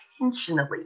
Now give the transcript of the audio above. intentionally